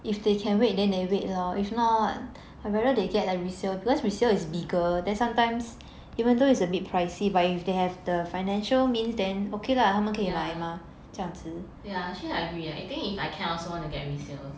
yeah actually I agree leh I think if I can I also want to get resale